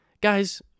guys